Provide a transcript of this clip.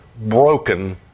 broken